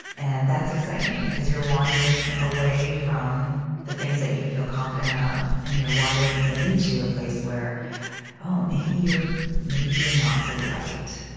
and that's exciting because you're wandering away from the things that you feel confident of, and you're wandering into a place where oh, um maybe you're maybe you're not so right.